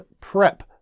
prep